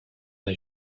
les